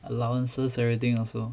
allowances everything also